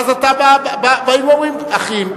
ואז באים אומרים, אחים.